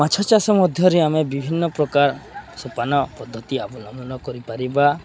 ମାଛ ଚାଷ ମଧ୍ୟରେ ଆମେ ବିଭିନ୍ନ ପ୍ରକାର ସୋପାନ ପଦ୍ଧତି ଅବଲମ୍ବନ କରିପାରିବା